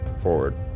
forward